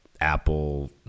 apple